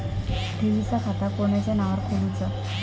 ठेवीचा खाता कोणाच्या नावार खोलूचा?